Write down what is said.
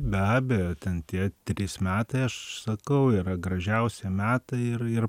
be abejo ten tie trys metai aš sakau yra gražiausi metai ir ir